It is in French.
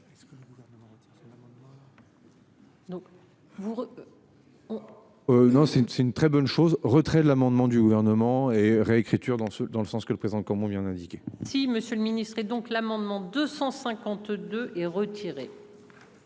une c'est une très bonne chose. Retrait de l'amendement du gouvernement et réécriture dans ce, dans le sens que le présent comme on vient d'indiquer. Si Monsieur le ministre et donc l'amendement 252 et retiré.